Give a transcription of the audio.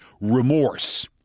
remorse